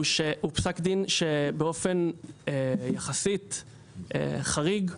הוא פסק דין יחסית חריג,